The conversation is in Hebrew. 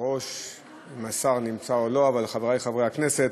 אבל חברי חברי הכנסת,